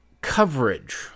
coverage